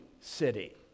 city